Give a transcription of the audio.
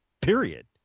Period